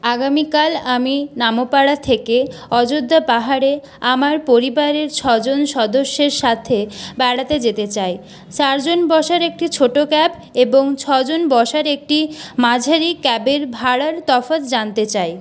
আগামীকাল আমি নামো পাড়া থেকে অযোধ্যা পাহাড়ে আমার পরিবারের ছজন সদস্যের সাথে বেড়াতে যেতে চাই চারজন বসার একটি ছোটো ক্যাব এবং ছজন বসার একটি মাঝারি ক্যাবের ভাড়ার তফাৎ জানতে চাই